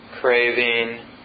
craving